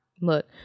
look